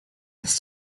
this